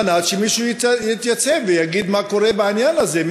כדי שמישהו יתייצב ויגיד מה קורה בעניין הזה,